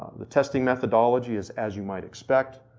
the testing methodology is as you might expect,